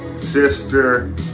sister